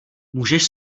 můžeš